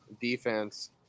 defense